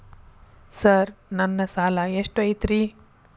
Sir ನನ್ನ ಸಾಲಾ ಎಷ್ಟು ಐತ್ರಿ?